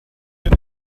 your